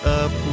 up